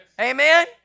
Amen